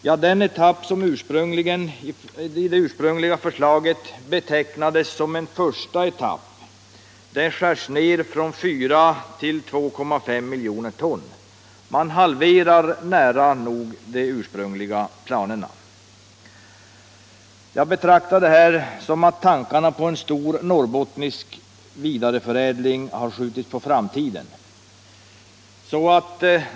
Ja, när det gäller den etapp som i det ursprungliga förslaget betecknades som en första etapp skärs produktionen ner från 4 till 2,5 miljoner ton. Man nära nog halverar de ursprungliga planerna. Jag betraktar det här som att tankarna på en stor norrbottnisk vidareförädling har skjutits på framtiden.